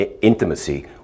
intimacy